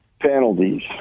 penalties